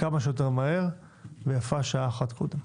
כמה שיותר מהר ויפה שעה אחת קודם.